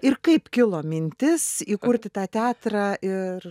ir kaip kilo mintis įkurti tą teatrą ir